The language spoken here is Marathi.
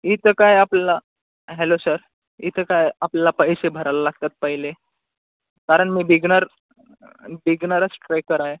इथं काय आपला हॅलो सर इथं काय आपल्याला पैसे भरायला लागतात पहिले कारण मी बिगनर बिगनरच ट्रेकर आहे